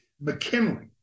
McKinley